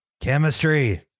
chemistry